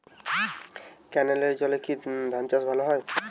ক্যেনেলের জলে কি ধানচাষ ভালো হয়?